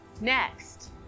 Next